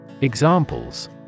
Examples